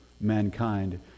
mankind